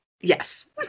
Yes